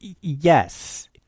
yes